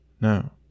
No